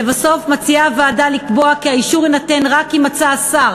לבסוף מציעה הוועדה לקבוע כי האישור יינתן רק אם מצא השר